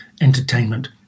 entertainment